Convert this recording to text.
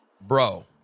bro